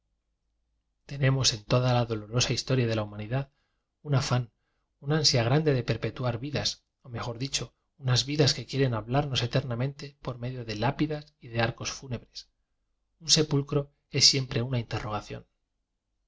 tenemos en toda la dolorosa historia de la humanidad un afán un ansia grande de perpetuar vidas o mejor dicho unas vidas que quieren hablarnos eternamente por me dio de lápidas y de arcos fúnebres un sepulcro es siempre una interrogación